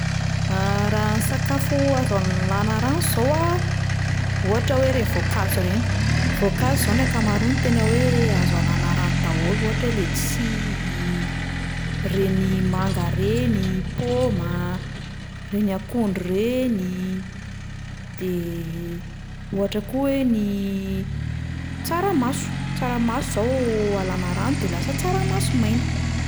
Raha ny sakafo azo analana rano zao a: ohatra hoe ireny voankazo ireny, voankazo zao ny ankamaroany tena hoe azo alana rano daholo ohatra hoe ledsy, reny manga reny, paoma, reny akondro reny, de ohatra koa hoe ny tsaramaso, tsaramaso zao alana rano de lasa tsaramaso maina.